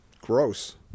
gross